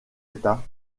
état